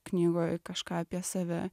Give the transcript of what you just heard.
knygoj kažką apie save